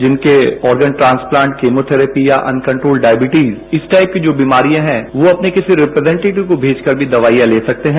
जिनके organ transplant chemotherapy या uncontrolled diabetes इस टाइप की जो बीमारियां हैं वो अपने किसी रिप्रैजेन्टेटिव को भेज कर भी दवाइयां ले सकते हैं